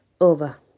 Over